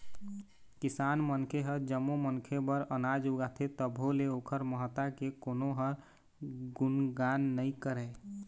किसान मनखे ह जम्मो मनखे बर अनाज उगाथे तभो ले ओखर महत्ता के कोनो ह गुनगान नइ करय